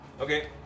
Okay